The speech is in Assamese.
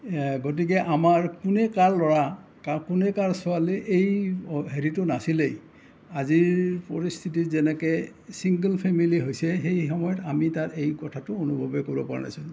গতিকে আমাৰ কোনে কাৰ ল'ৰা বা কোনে কাৰ ছোৱালী এই হেৰিটো নাছিলেই আজিৰ পৰিস্থিতিত যেনেকৈ ছিংগ'ল ফেমেলি হৈছে সেই সময়ত আমি তাত এই কথাটো অনুভৱেই কৰিব পৰা নাছিলোঁ